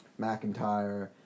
McIntyre